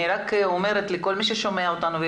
אני רק אומרת לכל מי ששומע אותנו.